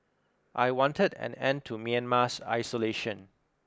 I wanted an end to Myanmar's isolation